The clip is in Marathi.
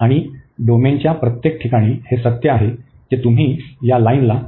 आणि डोमेनच्या प्रत्येक ठिकाणी हे सत्य आहे जे तुम्ही या लाईनला